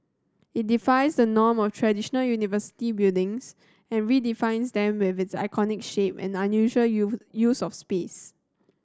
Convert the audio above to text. it defies the norm of traditional university buildings and redefines them with its iconic shape and unusual use of space